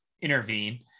intervene